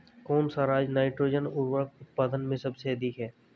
कौन सा राज नाइट्रोजन उर्वरक उत्पादन में सबसे अधिक है?